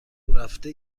رفته